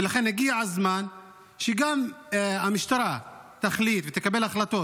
ולכן הגיע הזמן שגם המשטרה תחליט ותקבל החלטות